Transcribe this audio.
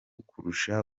kurusha